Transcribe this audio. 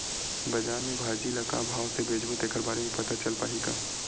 बजार में भाजी ल का भाव से बेचबो तेखर बारे में पता चल पाही का?